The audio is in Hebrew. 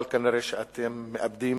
אבל כנראה אתם מאבדים